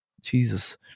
Jesus